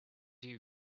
you